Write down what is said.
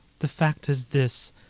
the fact is this,